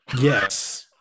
Yes